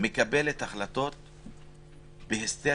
מקבלת החלטות בהיסטריה,